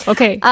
Okay